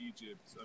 Egypt